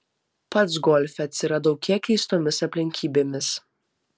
pats golfe atsiradau kiek keistomis aplinkybėmis